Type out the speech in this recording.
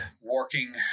working